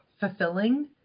fulfilling